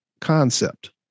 concept